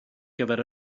gyfer